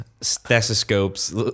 stethoscopes